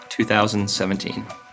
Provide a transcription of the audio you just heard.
2017